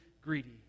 greedy